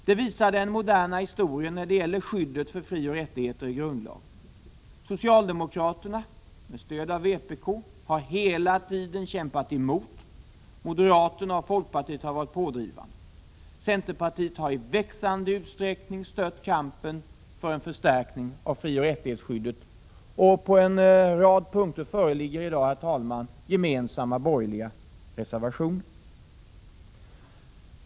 Det visar den moderna historien när det gäller skyddet för frioch rättigheter i grundlag. Socialdemokraterna, med stöd av vpk, har här hela tiden kämpat emot. Moderaterna och folkpartiet har varit pådrivande. Centerpartiet har i växande utsträckning stött kampen för en förstärkning av skyddet av frioch rättighetsfrågorna, och på en rad punkter föreligger det i dag, herr talman, gemensamma borgerliga reservationer.